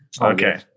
Okay